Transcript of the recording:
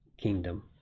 kingdom